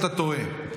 אתה טועה,